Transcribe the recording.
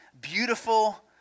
beautiful